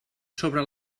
sobre